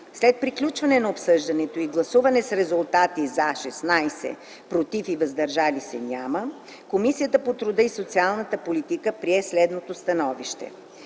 След приключване на обсъждането и гласуване с резултати: „за” – 16 гласа, без „против” и „въздържал се”, Комисията по труда и социалната политика прие следното становище: